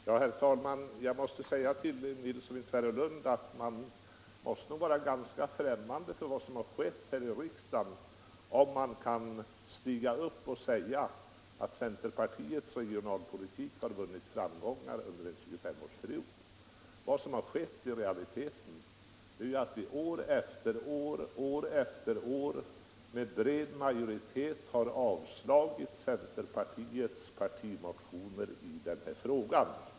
Herr talman! Jag måste säga till herr Nilsson i Tvärålund att man nog är ganska främmande för vad som har skett i riksdagen för att kunna stiga upp här och säga att centerpartiets regionalpolitik har vunnit framgångar under en 2S5-årsperiod. Vad som har skett i realiteten är ju att riksdagen år efter år, år efter år, med bred majoritet har avslagit centerpartiets partimotioner i denna fråga.